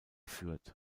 führt